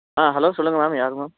ஆ hello சொல்லுங்க ma'am யார் ma'am